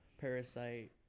Parasite